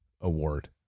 Award